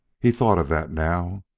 he thought of that now,